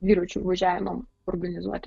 dviračių važiavimam organizuoti